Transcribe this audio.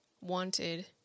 wanted